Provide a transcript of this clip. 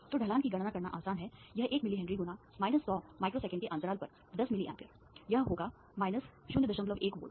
तो ढलान की गणना करना आसान है यह 1 मिली हेनरी गुना होगा 100 माइक्रोसेकंड के अंतराल पर 10 मिली amp यह होगा 01 वोल्ट